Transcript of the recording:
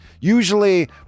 usually